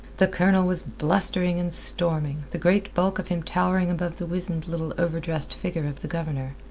the colonel was blustering and storming, the great bulk of him towering above the wizened little overdressed figure of the governor.